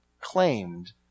claimed